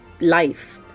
life